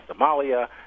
Somalia